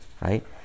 Right